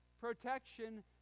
protection